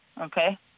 Okay